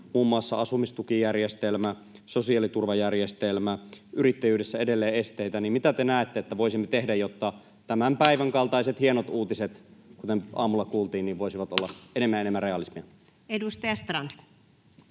muun muassa asumistukijärjestelmä ja sosiaaliturvajärjestelmä, ja yrittäjyydessä on edelleen esteitä, niin mitä te näette, että voisimme tehdä, jotta tämän päivän kaltaiset hienot uutiset, kuten aamulla kuultiin, voisivat olla enemmän ja enemmän realismia? Edustaja Strand.